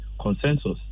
Consensus